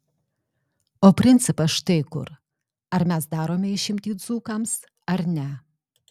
o principas štai kur ar mes darome išimtį dzūkams ar ne